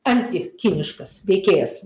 antikiniškas veikėjas